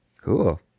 Cool